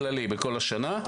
כללי, בכל השנה.